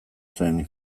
zuen